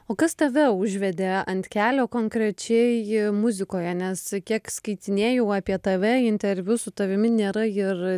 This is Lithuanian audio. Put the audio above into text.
o kas tave užvedė ant kelio konkrečiai muzikoje nes kiek skaitinėjau apie tave interviu su tavimi nėra ir